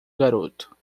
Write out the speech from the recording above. garoto